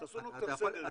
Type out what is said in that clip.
תעשו לנו קצת סדר.